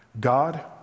God